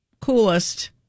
coolest